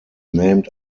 named